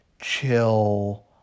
chill